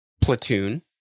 Platoon